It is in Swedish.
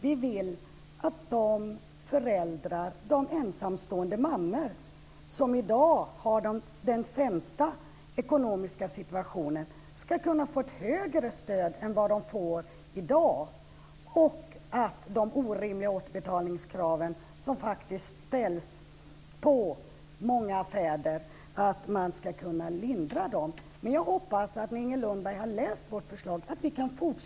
Vi vill att de ensamstående mammor som i dag har den sämsta ekonomiska situationen ska kunna få ett större stöd än vad de får i dag och att man ska kunna lindra orimliga återbetalningskrav som i dag ställs på många fäder. Jag hoppas att vi kan fortsätta diskussionen när Inger Lundberg har läst vårt förslag.